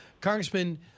Congressman